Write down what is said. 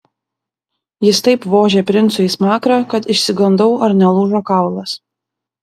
jis taip vožė princui į smakrą kad išsigandau ar nelūžo kaulas